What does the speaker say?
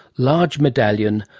large medallion,